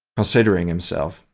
considering himself,